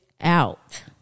out